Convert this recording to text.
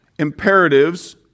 Imperatives